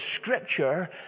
Scripture